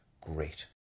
great